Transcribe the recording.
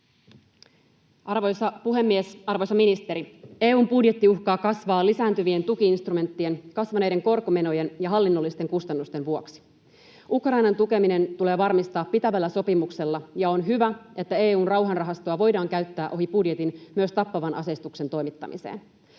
Arvoisa puhemies, arvoisa ministeri! EU:n budjetti uhkaa kasvaa lisääntyvien tuki-instrumenttien, kasvaneiden korkomenojen ja hallinnollisten kustannusten vuoksi. Ukrainan tukeminen tulee varmistaa pitävällä sopimuksella, ja on hyvä, että EU:n rauhanrahastoa voidaan käyttää ohi budjetin, myös tappavan aseistuksen toimittamiseen.